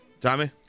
Tommy